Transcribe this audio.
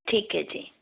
ਠੀਕ ਹੈ ਜੀ